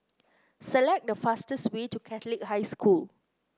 select the fastest way to Catholic High School